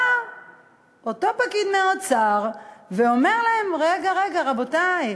בא אותו פקיד מהאוצר ואומר להם: רגע, רגע, רבותי.